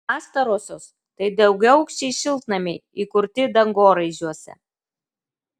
pastarosios tai daugiaaukščiai šiltnamiai įkurti dangoraižiuose